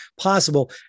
possible